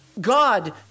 God